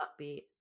upbeat